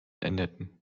endeten